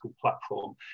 platform